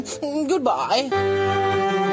Goodbye